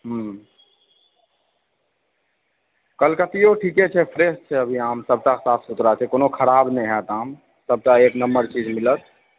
हँ कलकतिओ ठीके छै फ्रेश छै अभी आम सभटा साफ सुथड़ा छै कोनो खराब नहि होयत आम सभटा एक नम्बर चीज मिलत